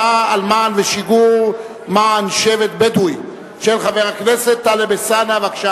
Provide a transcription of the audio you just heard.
לכך שחבר הכנסת טיבייב הסכים להפחית מההצעה